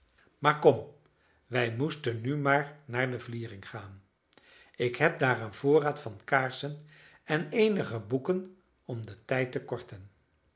maar kom wij moesten nu maar naar de vliering gaan ik heb daar een voorraad van kaarsen en eenige boeken om den tijd te korten